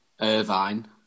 Irvine